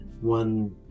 one